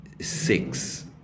six